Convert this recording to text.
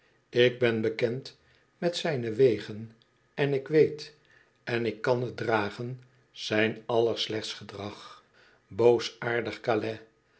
ik ben bekend met zijne wegen enik weet en ik kan t dragen zijn allerslechtst gedrag boosaardig c